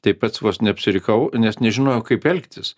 tai pats vos neapsirikau nes nežinojau kaip elgtis